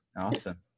Awesome